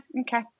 okay